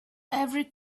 every